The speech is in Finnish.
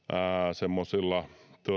semmoisilla